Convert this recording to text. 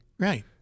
Right